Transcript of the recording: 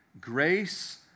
grace